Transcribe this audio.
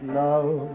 love